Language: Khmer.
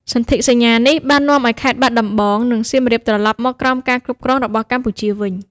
សន្ធិសញ្ញានេះបាននាំឲ្យខេត្តបាត់ដំបង និងសៀមរាបត្រលប់មកក្រោមការគ្រប់គ្រងរបស់កម្ពុជាវិញ។